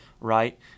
right